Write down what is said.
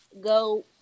Go